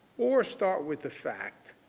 or start with the facts.